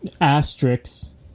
asterisks